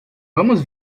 vamos